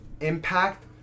impact